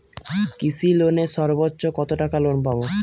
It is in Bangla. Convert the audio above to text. কৃষি লোনে সর্বোচ্চ কত টাকা লোন পাবো?